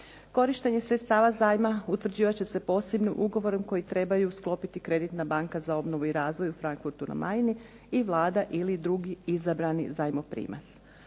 Korištenje sredstava zajma utvrđivat će se posebnim ugovorom koji trebaju sklopiti Kreditna banka za obnovu i razvoj u Frankfurtu na Maini ili Vlada ili drugi izabrani zajmoprimac.